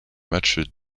matchs